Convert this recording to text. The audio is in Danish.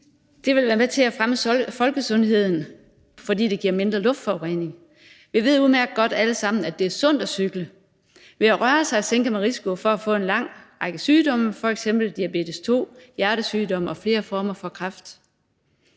vil være med til at fremme folkesundheden, fordi det giver mindre luftforurening. Vi ved udmærket godt alle sammen, at det er sundt at cykle. Ved at røre sig, sænker man risikoen for at få en lang række sygdomme, f.eks. diabetes 2, hjertesygdomme og flere former for kræft.